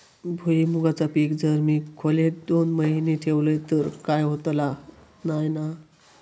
भुईमूगाचा पीक जर मी खोलेत दोन महिने ठेवलंय तर काय होतला नाय ना?